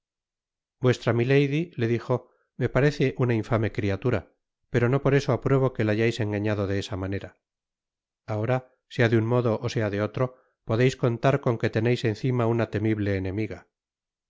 vuestra milady le dijo me parece una infame criatura pero no por eso apruebo que la hayais engañado de esa manera ahora sea de un modo ósea de otro podeis contar con que teneis encima una temible enemiga